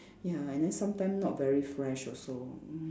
ya and then sometimes not very fresh also mm